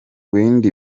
bindi